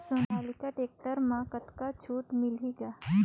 Sonalika tractor म कतका छूट मिलही ग?